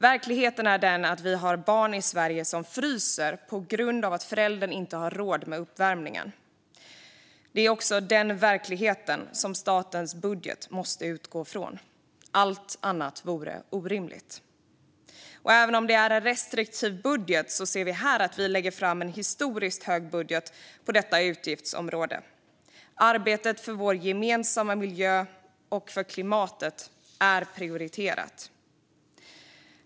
Verkligheten är den att vi har barn i Sverige som fryser på grund av att föräldern inte har råd med uppvärmningen. Det är också den verkligheten som statens budget måste utgå från. Allt annat vore orimligt. Även om budgeten i stort är restriktiv lägger vi fram en historiskt stor budget på detta utgiftsområde. Arbetet för vår gemensamma miljö och för klimatet är prioriterat.